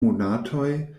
monatoj